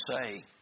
say